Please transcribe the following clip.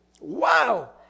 Wow